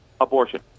abortion